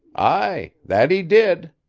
aye. that he did.